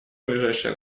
ближайшее